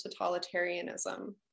totalitarianism